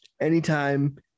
anytime